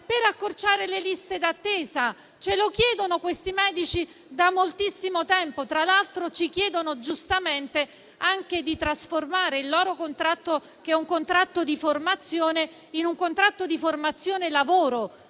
per accorciare le liste d'attesa. I medici lo chiedono da moltissimo tempo. Tra l'altro, ci chiedono giustamente anche di trasformare il loro contratto, che è di formazione, in uno di formazione-lavoro,